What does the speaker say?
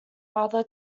rather